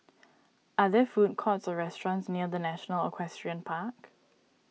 are there food courts or restaurants near the National Equestrian Park